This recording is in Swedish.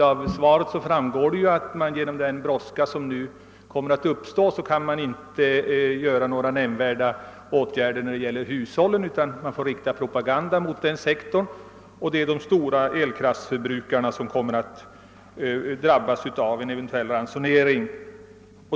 Av svaret framgår också att på grund av den brådska som nu uppstår kan man inte vidta några nämnvärda ågärder när det gäller hushållens elförbrukning, utan man får nöja sig med att rikta propagandan mot den sektorn. Det är i stället de stora elkraftförbrukarna som kommer att drabbas av en eventuell ransonering.